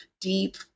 deep